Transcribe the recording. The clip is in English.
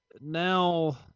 now